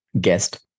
guest